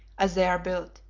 as they are built,